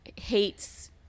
hates